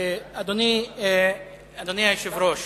אדוני היושב-ראש,